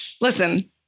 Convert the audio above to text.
listen